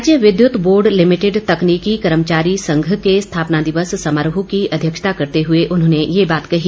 राज्य विद्यत board limited तकनीर्की कर्मचारी संघ के स्थापना दिवस समारोह की अध्यक्षता करते हए उन्होंने ये बात कही